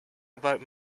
about